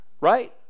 right